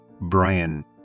Brian